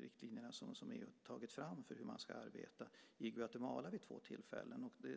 riktlinjer som EU har tagit fram för hur man ska arbeta, i Guatemala vid två tillfällen.